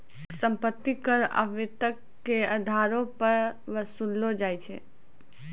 सम्पति कर आवर्तक के अधारो पे वसूललो जाय छै